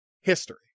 history